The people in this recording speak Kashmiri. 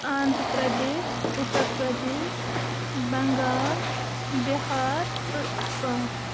آندرٕ پردیش اُتر پردیش بنگال بِہار تہٕ اسام